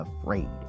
afraid